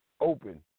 open